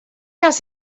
out